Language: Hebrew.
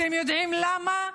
אתם יודעים למה?